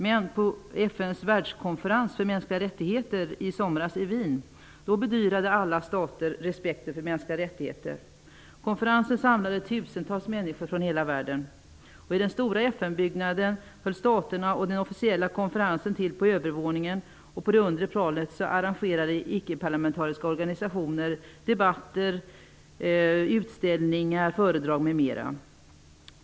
Men på FN:s världskonferens för mänskliga rättigheter i somras i Wien bedyrade alla stater respekten för mänskliga rättigheter. Konferensen samlade tusentals människor från hela världen. I den stora FN byggnaden höll staterna och den officiella konferensen till på övervåningen. På det undre planet arrangerade icke-parlamentariska organisationer debatter, utställningar, föredrag m.m.